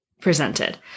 presented